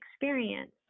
experience